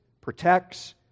protects